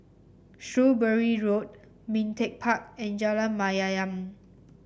Shrewsbury Road Ming Teck Park and Jalan Mayaanam